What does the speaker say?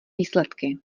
výsledky